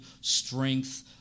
strength